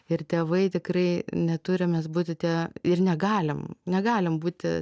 ir tėvai tikrai neturim mes būti tie ir negalim negalim būti